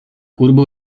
urbo